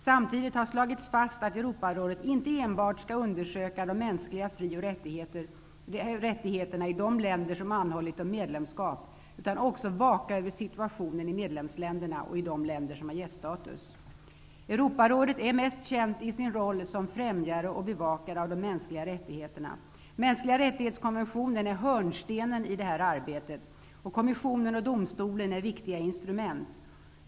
Samtidigt har det slagits fast att Europarådet inte enbart skall undersöka de mänskliga fri och rättigheterna i de länder som anhållit om medlemskap, utan också vaka över situationen i medlemsländerna och i de länder som har gäststatus. Europarådet är mest känt i sin roll som främjare och bevakare av de mänskliga rättigheterna. Mänskliga rättighetskonventionen är hörnstenen i detta arbete. Kommissionen och domstolen är viktiga instrument.